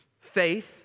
faith